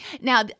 Now